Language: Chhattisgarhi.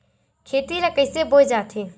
खेती ला कइसे बोय जाथे?